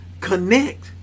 connect